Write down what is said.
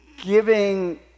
giving